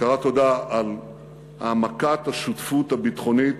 הכרת תודה על העמקת השותפות הביטחונית,